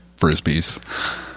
frisbees